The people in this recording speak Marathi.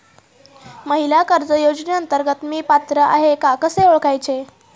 महिला कर्ज योजनेअंतर्गत मी पात्र आहे का कसे ओळखायचे?